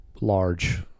large